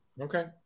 Okay